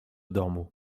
domu